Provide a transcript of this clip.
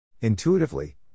Intuitively